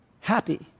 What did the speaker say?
happy